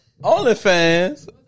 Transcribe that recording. OnlyFans